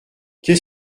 qu’est